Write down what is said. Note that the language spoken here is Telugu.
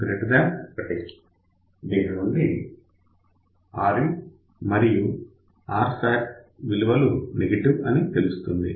దాని నుండి Rin మరియు Rout విలువలు నెగెటివ్ అని తెలుస్తుంది